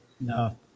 No